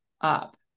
up